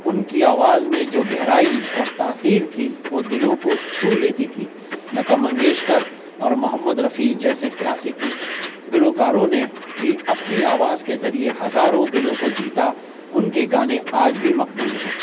ان کی آواز میں جو گہرائی اور تاثیر تھی وہ دلوں کو چھو لیتی تھی لتا منگیشکر اور محمد رفیع جیسے کلاسکی گلوکاروں نے بھی اپنی آواز کے ذریعے ہزاروں دلوں کو جیتا ان کے گانے آج بھی مقبول ہیں